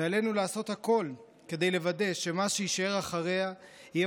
ועלינו לעשות הכול כדי לוודא שמה שיישאר אחריה יהיה